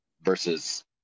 versus